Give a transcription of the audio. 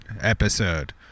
episode